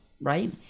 right